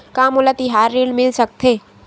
का मोला तिहार ऋण मिल सकथे?